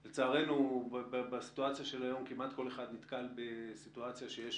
לצערנו בסיטואציה של היום כמעט כל אחד נתקל בסיטואציה שיש